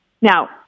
Now